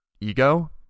ego